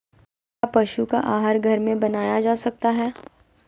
क्या पशु का आहार घर में बनाया जा सकय हैय?